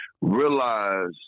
realize